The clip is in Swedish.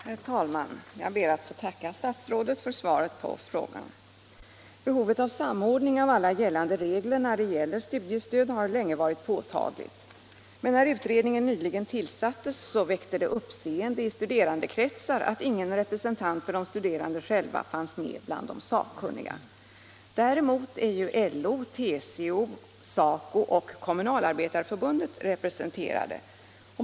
Herr talman! Jag ber att få tacka statsrådet för svaret på frågan. Behovet av samordning av alla gällande regler när det gäller studiestöd har länge varit påtagligt. När utredningen nyligen tillsattes väckte det uppseende i studerandekretsar att ingen representant för de studerande själva fanns med bland de sakkunniga. Däremot är LO, TCO, SACO och Kommunalarbetareförbundet representerade.